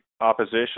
opposition